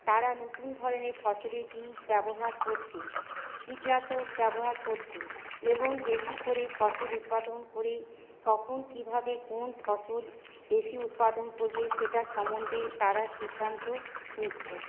তারা নতুন ধরনের ফসলের বীজ ব্যবহার করছে কীটনাশক ব্যবহার করছে এবং বেশি করে ফসল উৎপাদন করে কখন কিভাবে কোন ফসল বেশি উৎপাদন করবে সেটার সম্বন্ধে তারা সিদ্ধান্ত নিচ্ছে